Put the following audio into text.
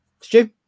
Stu